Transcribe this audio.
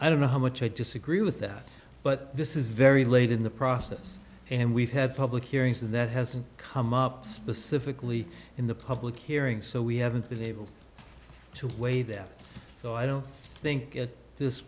i don't know how much i disagree with that but this is very late in the process and we've had public hearings and that hasn't come up specifically in the public hearings so we haven't been able to weigh them so i don't think at this